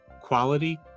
quality